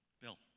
Bill